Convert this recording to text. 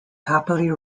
happily